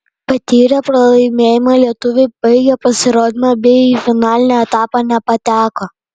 patyrę pralaimėjimą lietuviai baigė pasirodymą bei į finalinį etapą nepateko